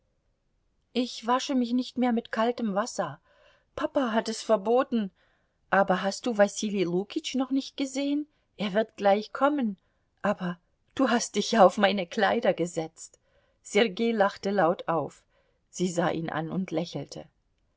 ich wasche mich nicht mehr mit kaltem wasser papa hat es verboten aber hast du wasili lukitsch noch nicht gesehen er wird gleich kommen aber du hast dich ja auf meine kleider gesetzt sergei lachte laut auf sie sah ihn an und lächelte